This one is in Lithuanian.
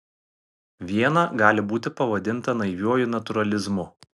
viena gali būti pavadinta naiviuoju natūralizmu